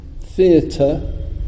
theatre